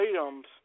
items